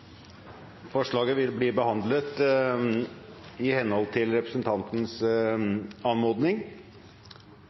Forslaget vil bli behandlet i henhold til representantens anmodning.